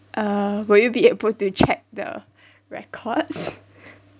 uh will you be able to check the records